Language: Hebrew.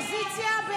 הסתייגות 923 לא